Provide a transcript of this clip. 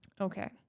Okay